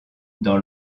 dans